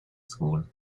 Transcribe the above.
school